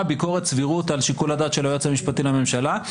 ביקורת סבירות על שיקול הדעת של היועץ המשפטי לממשלה.